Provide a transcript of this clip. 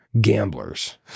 gamblers